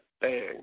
bang